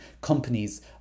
companies